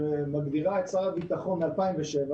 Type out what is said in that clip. מ-2007,